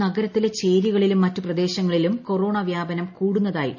R നഗരത്തിലെ ചേരികളിലും മറ്റു പ്രദേശങ്ങളിലും കൊറോണ വ്യാപനം കൂടുന്നതായി ഐ